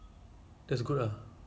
then dia punya apartment kan